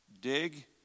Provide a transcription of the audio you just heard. Dig